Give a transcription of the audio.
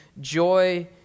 joy